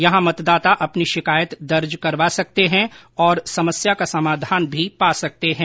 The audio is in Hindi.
यहां मतदाता अपनी शिकायत दर्ज करवा सकते हैं और समस्या का समाधान भी पा सकते हैं